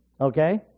Okay